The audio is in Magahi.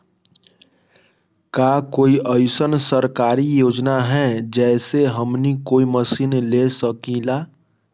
का कोई अइसन सरकारी योजना है जै से हमनी कोई मशीन ले सकीं ला?